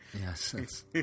Yes